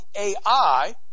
AI